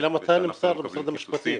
השאלה מתי נמסר למשרד המשפטים.